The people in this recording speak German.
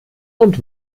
und